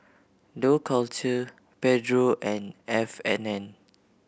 Dough Culture Pedro and F and N